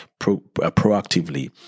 proactively